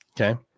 Okay